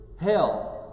hell